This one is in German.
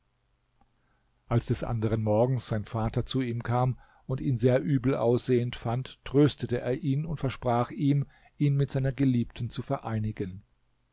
als des anderen morgens sein vater zu ihm kam und ihn sehr übel aussehend fand tröstete er ihn und versprach ihm ihn mit seiner geliebten zu vereinigen